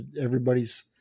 everybody's